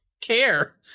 care